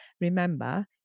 remember